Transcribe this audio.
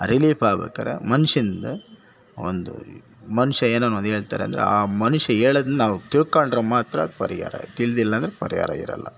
ಆ ರಿಲೀಫ್ ಆಗ್ಭೇಕಾದ್ರೆ ಮನುಷ್ಯನಿಂದ ಒಂದು ಮನುಷ್ಯ ಏನೇನು ಹೇಳ್ತಾರೆ ಅಂದರೆ ಆ ಮನುಷ್ಯ ಹೇಳೋದನ್ನು ನಾವು ತಿಳ್ಕೊಂಡ್ರೆ ಮಾತ್ರ ಪರಿಹಾರ ತಿಳಿದಿಲ್ಲ ಅಂದರೆ ಪರಿಹಾರ ಇರಲ್ಲ